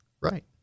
Right